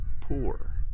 poor